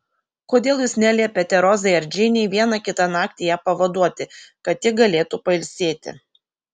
kodėl jūs neliepiate rozai ar džeinei vieną kitą naktį ją pavaduoti kad ji galėtų pailsėti